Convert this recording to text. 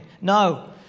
No